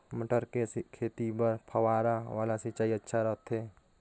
मटर के खेती बर फव्वारा वाला सिंचाई अच्छा रथे?